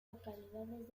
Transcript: localidades